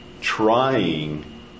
trying